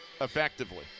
effectively